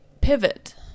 pivot